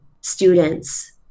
students